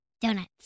Donuts